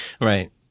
right